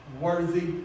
worthy